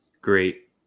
great